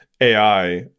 AI